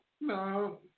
No